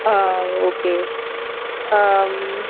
ஆ okay ம்